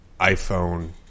iPhone